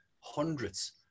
hundreds